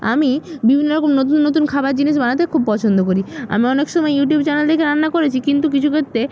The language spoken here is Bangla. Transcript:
আমি বিভিন্ন রকম নতুন নতুন খাবার জিনিস বানাতে খুব পছন্দ করি আমি অনেক সময় ইউটিউব চ্যানেল দেখে রান্না করেছি কিন্তু কিছু ক্ষেত্রে